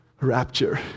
Rapture